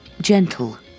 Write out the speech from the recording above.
gentle